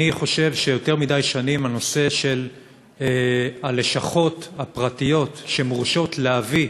אני חושב שיותר מדי שנים הנושא של הלשכות הפרטיות שמורשות להביא,